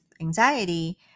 anxiety